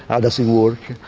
how does it work,